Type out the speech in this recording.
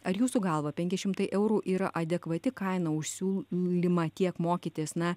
ar jūsų galva penki šimtai eurų yra adekvati kaina už siūlymą tiek mokytis na